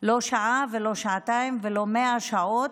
לא שעה ולא שעתיים ולא 100 שעות.